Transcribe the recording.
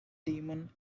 demon